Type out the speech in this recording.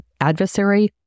adversary